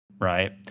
right